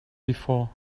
before